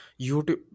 youtube